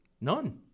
None